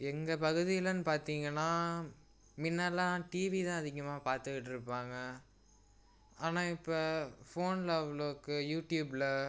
எங்கள் பகுதியிலன்னு பார்த்தீங்கன்னா முன்னெல்லாம் டிவி தான் அதிகமாக பார்த்துக்கிட்ருப்பாங்க ஆனால் இப்போ ஃபோனில் அவ்வளோக்கு யூடியூப்பில்